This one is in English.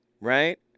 right